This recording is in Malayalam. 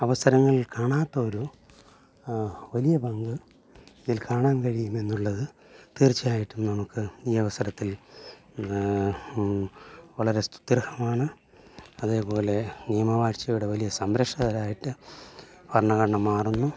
അവസരങ്ങളിൽ കാണാത്ത ഒരു വലിയ പങ്ക് ഇതിൽ കാണാൻ കഴിയുമെന്നുള്ളത് തീർച്ചയായിട്ടും നമുക്ക് ഈ അവസരത്തിൽ വളരെ സ്തുത്യർഹമാണ് അതേപോലെ നിയമ വഴ്ച്ചയുടെ വലിയ സംരക്ഷകരായിട്ട് ഭരണഘടന മാറുന്നു